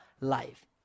life